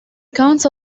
accounts